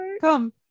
come